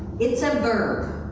it's a verb.